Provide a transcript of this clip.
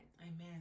Amen